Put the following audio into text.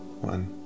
one